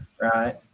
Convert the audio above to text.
right